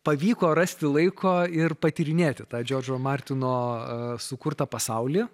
pavyko rasti laiko ir patyrinėti tą džordžo martino sukurtą pasaulį